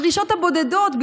הדרישות הבודדות,